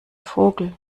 vogel